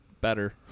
better